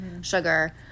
sugar